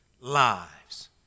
lives